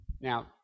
Now